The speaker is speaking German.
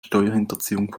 steuerhinterziehung